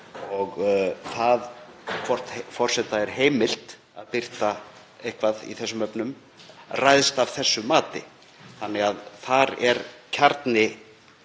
Það hvort forseta er heimilt að birta eitthvað í þessum efnum ræðst af þessu mati. Þannig að þar er kjarni